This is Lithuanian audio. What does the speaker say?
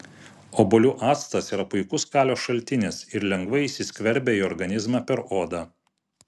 obuolių actas yra puikus kalio šaltinis ir lengvai įsiskverbia į organizmą per odą